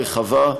רחבה,